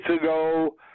ago